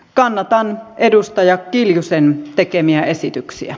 kannatan edustaja kiljusen tekemiä esityksiä